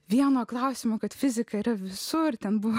vieno klausimo kad fizika ir visur ten